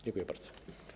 Dziękuję bardzo.